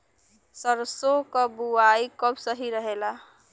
सरसों क बुवाई कब सही रहेला?